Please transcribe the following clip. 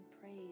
praise